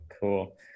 cool